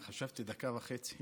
חשבתי דקה וחצי.